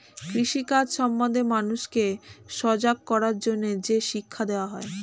কৃষি কাজ সম্বন্ধে মানুষকে সজাগ করার জন্যে যে শিক্ষা দেওয়া হয়